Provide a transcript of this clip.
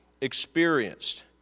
experienced